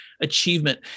achievement